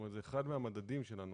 זה אחד מהמדדים שלנו.